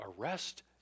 arrest